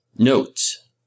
Notes